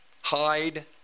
hide